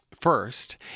first